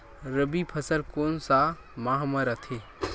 रबी फसल कोन सा माह म रथे?